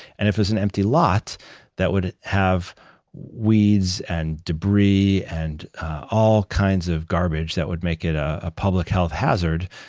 and if it's an empty lot that would have weeds, and debris, and all kinds of garbage that would make it a public health hazard,